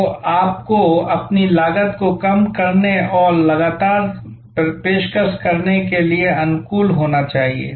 तो आपको अपनी लागत को कम करने और लगातार पेशकश करने के लिए अनुकूल होना चाहिए